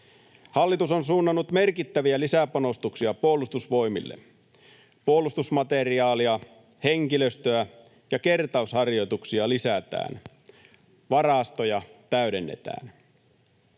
Hallitus on suunnannut merkittäviä lisäpanostuksia Puolustusvoimille. Puolustusmateriaalia, henkilöstöä ja kertausharjoituksia lisätään. Varastoja täydennetään.